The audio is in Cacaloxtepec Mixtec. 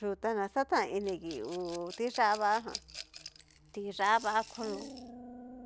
Yu ta na xatainingi ngu tiyá vagan, tiyá va kolo